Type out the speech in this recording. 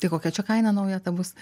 tai kokia čia kaina nauja ta bus